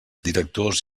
directors